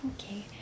Okay